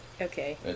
okay